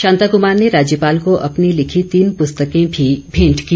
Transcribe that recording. शांताकुमार ने राज्यपाल को अपनी लिखी तीन पुस्तके भी भेंट की